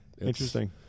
Interesting